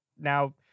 now